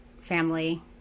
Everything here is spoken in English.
family